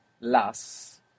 las